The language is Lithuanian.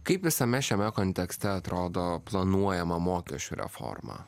kaip visame šiame kontekste atrodo planuojama mokesčių reformą